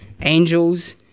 Angels